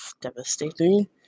devastating